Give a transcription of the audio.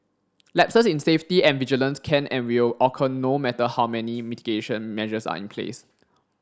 lapses in safety and vigilance can and will occur no matter how many mitigation measures are in place